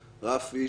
רפי,